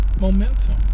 momentum